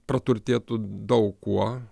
praturtėtų daug kuo